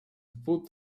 put